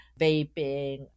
vaping